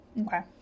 okay